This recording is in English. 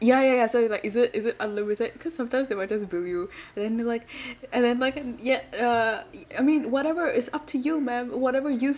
ya ya ya so it's like is it is it unlimited because sometimes they will just bill you then we like and then like ya uh I mean whatever is up to you ma'am whatever you